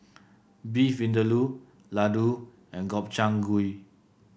Beef Vindaloo Ladoo and Gobchang Gui